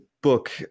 Book